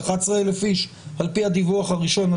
11,000 איש על פי הדיווח הראשון,